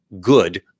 good